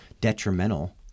detrimental